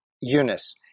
Eunice